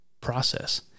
process